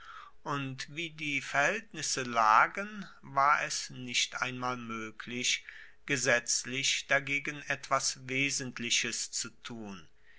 und wie die verhaeltnisse lagen war es nicht einmal moeglich gesetzlich dagegen etwas wesentliches zu tun